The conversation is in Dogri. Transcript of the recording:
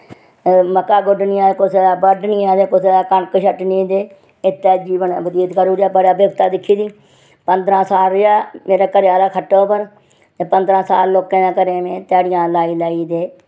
मक्कां गुड्डनियां ते कुसै दे कनक छट्टनी ते इत्थै जीवन बतीत करी ओड़ेआ बड़ी बिपता दिक्खी दी पंदरां साल रेहा मेरा घरै आह्ला खट्टै पर ते पंदरां साल में लोकें दे ध्याड़ियां लाई लाई